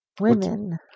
Women